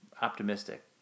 optimistic